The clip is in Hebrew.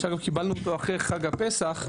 אנחנו גם קיבלנו אותו אחרי חג הפסח,